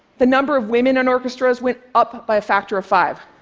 the number of women in orchestras went up up by a factor of five.